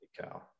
cow